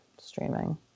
streaming